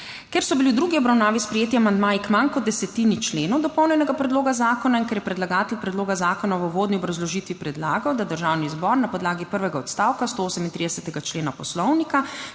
Ker so bili v drugi obravnavi sprejeti amandmaji k manj kot desetini členov dopolnjenega predloga zakona in ker je predlagatelj predloga zakona v uvodni obrazložitvi predlagal, da Državni zbor na podlagi prvega odstavka 137. člena Poslovnika